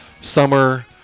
summer